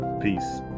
peace